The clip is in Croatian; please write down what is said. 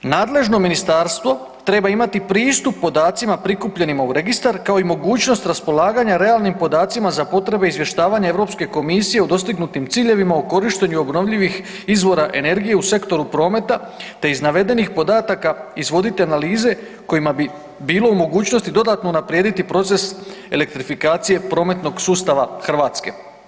Nadležno ministarstvo treba imati pristup podacima prikupljenima u registar kao i mogućnost raspolaganja realnim podacima za potrebe izvještavanja Europske komisije o dostignutim ciljevima o korištenju obnovljivih izvora energije u sektoru prometa, te iz navedenih podataka izvoditi analize kojima bi bilo u mogućnosti dodatno unaprijediti proces elektrifikacije prometnog sustava Hrvatske.